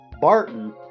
Barton